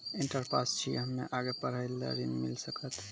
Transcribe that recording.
Inter pass छी हम्मे आगे पढ़े ला ऋण मिल सकत?